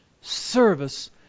service